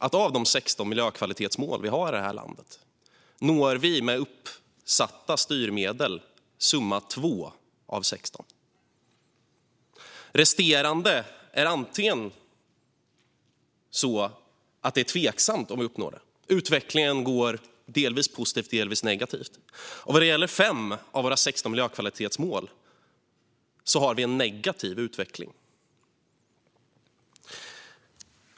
Av de 16 miljökvalitetsmål vi har i landet når vi med uppsatta styrmedel 2. När det gäller resterande mål är det tveksamt om vi uppnår dem. Utvecklingen är delvis positiv, delvis negativ. När det gäller 5 av våra 16 miljökvalitetsmål har vi en negativ utveckling.